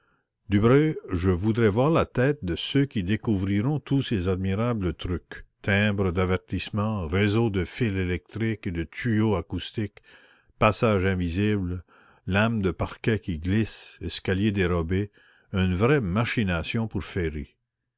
je voudrais voir la tête de ceux qui découvriront tous ces admirables trucs timbres d'avertissement réseau de fils électriques et de tuyaux acoustiques passages invisibles lames de parquets qui glissent escaliers dérobés une vraie machination pour féerie